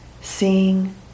seeing